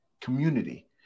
community